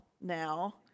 now